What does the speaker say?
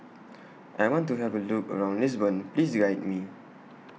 I want to Have A Look around Lisbon Please Guide Me